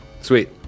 Sweet